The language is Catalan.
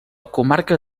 comarca